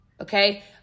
okay